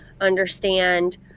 understand